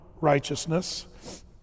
righteousness